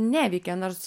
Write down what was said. neveikia nors